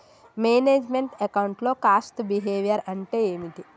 Manage meant account లో cost behaviour అంటే ఏమిటి?